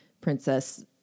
Princess